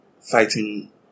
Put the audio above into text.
fighting